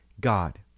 god